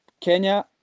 kenya